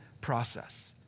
process